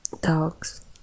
dogs